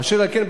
אשר על כן,